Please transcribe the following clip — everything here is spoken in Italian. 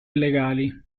illegali